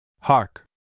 Hark